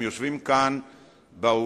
הם יושבים כאן באולם,